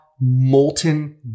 molten